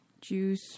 Juice